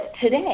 today